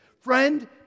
Friend